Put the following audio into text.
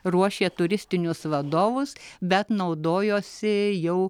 ruošė turistinius vadovus bet naudojosi jau